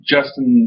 Justin